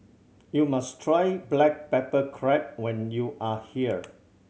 you must try black pepper crab when you are here